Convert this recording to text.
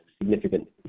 significant